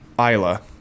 Isla